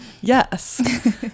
Yes